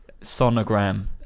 Sonogram